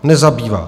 Nezabývá!